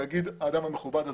יגיד את זה האדם המכובד הזה,